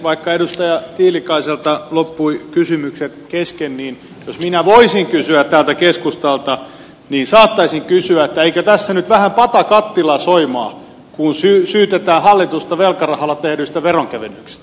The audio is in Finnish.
vaikka edustaja tiilikaiselta loppuivat kysymykset kesken niin jos minä voisin kysyä keskustalta niin saattaisin kysyä eikö tässä nyt vähän pata kattilaa soimaa kun syytetään hallitus ta velkarahalla tehdyistä veronkevennyksistä